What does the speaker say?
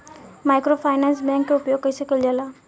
Microfinance bank के उपयोग कइसे कइल जाला?